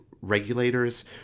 regulators